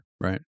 Right